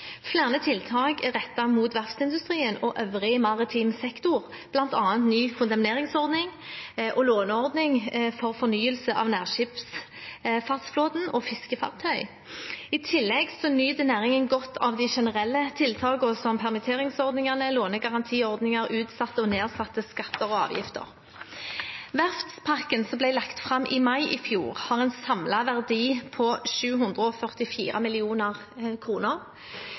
Flere tiltak er rettet mot verftsindustrien og øvrig maritim sektor, bl.a. ny kondemneringsordning og låneordning for fornyelse av nærskipsfartsflåten og fiskefartøy. I tillegg nyter næringen godt av de generelle tiltakene, som permitteringsordningene, lånegarantiordninger og utsatte og nedsatte skatter og avgifter. Verftspakken som ble lagt fram i mai i fjor, har en samlet verdi på 744